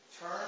Turn